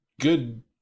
good